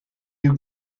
you